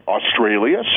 Australia